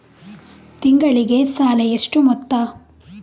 ತಿಂಗಳಿಗೆ ಸಾಲ ಎಷ್ಟು ಮೊತ್ತ?